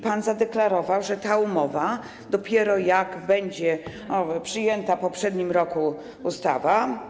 Pan zadeklarował, że ta umowa będzie, dopiero jak będzie przyjęta - w poprzednim roku - ustawa.